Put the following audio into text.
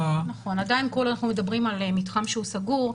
עדיין פה אנחנו מדברים על מתחם שהוא סגור,